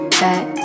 back